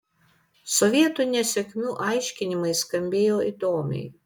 sovietų nesėkmių aiškinimai skambėjo įdomiai